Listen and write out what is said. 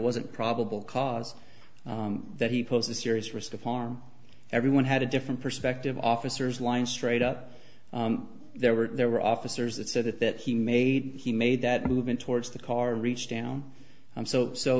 wasn't probable cause that he posed a serious risk of harm everyone had a different perspective officers line straight up there were there were officers that said that that he made he made that movement towards the car reached down so so